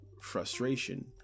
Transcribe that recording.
frustration